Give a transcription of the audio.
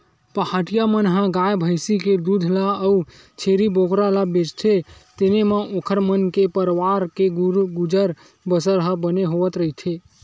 पहाटिया मन ह गाय भइसी के दूद ल अउ छेरी बोकरा ल बेचथे तेने म ओखर मन के परवार के गुजर बसर ह बने होवत रहिथे